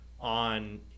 on